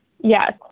Yes